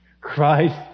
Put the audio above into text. Christ